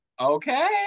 Okay